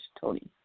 Tony